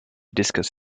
discuss